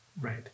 Right